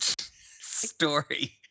Story